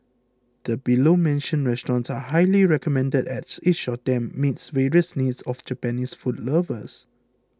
the below mentioned restaurants are highly recommended as each of them meets various needs of Japanese food lovers